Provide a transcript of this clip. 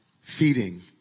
feeding